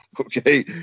Okay